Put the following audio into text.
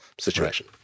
situation